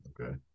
Okay